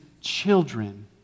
children